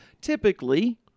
typically